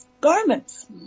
garments